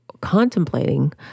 contemplating